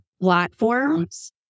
platforms